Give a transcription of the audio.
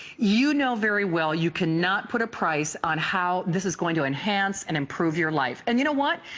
you know very well you cannot put a price on how this is going to enhance and improve your life and do you know what?